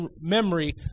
memory